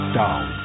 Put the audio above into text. down